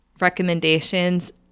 recommendations